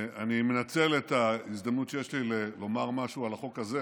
אני מנצל את ההזדמנות שיש לי לומר משהו על החוק הזה